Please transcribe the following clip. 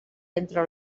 entre